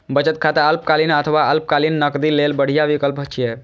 बचत खाता अल्पकालीन अथवा आपातकालीन नकदी लेल बढ़िया विकल्प छियै